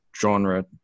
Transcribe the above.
genre